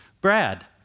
Brad